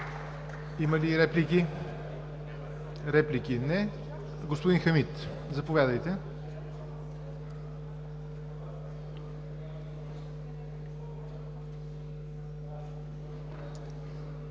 Има ли реплики? Няма. Господин Хамид, заповядайте.